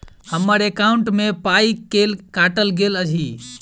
हम्मर एकॉउन्ट मे पाई केल काटल गेल एहि